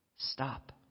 stop